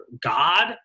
god